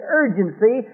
urgency